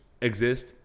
exist